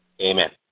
Amen